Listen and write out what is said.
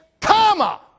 comma